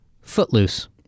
Footloose